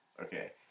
Okay